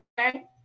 Okay